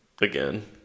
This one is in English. again